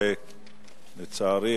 ולצערי,